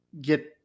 get